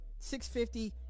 650